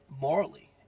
morally